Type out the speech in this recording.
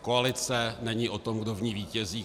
Koalice není o tom, kdo v ní vítězí.